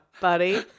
buddy